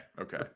Okay